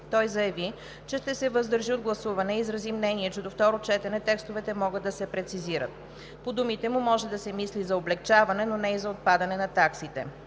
Той заяви, че ще се въздържи от гласуване и изрази мнение, че до второ четене текстовете могат да се прецизират. По думите му може да се мисли за облекчаване, но не и за отпадане на таксите.